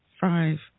Five